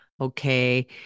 Okay